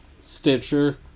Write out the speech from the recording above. Stitcher